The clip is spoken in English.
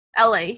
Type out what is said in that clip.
LA